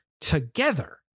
together